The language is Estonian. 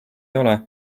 ole